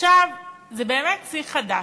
עכשיו זה באמת שיא חדש,